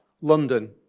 London